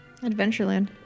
Adventureland